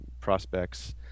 prospects